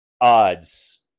odds